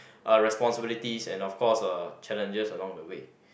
uh responsibilities and of course uh challenges along the way